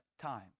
time